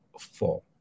four